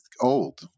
old